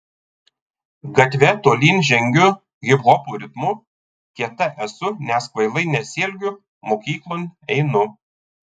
gatve tolyn žengiu hiphopo ritmu kieta esu nes kvailai nesielgiu mokyklon einu